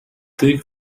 take